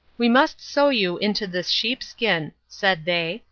we must sew you into this sheep-skin, said they,